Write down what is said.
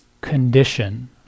condition